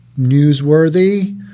newsworthy